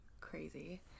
crazy